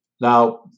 Now